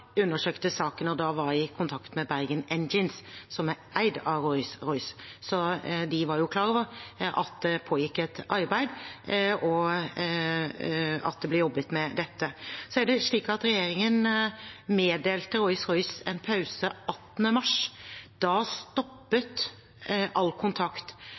undersøkte saken og da var i kontakt med Bergen Engines, som er eid av Rolls-Royce. Så de var jo klar over at det pågikk et arbeid, og at det ble jobbet med dette. Regjeringen meddelte Rolls-Royce en pause 18. mars. Da stoppet all kontakt